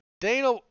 Dana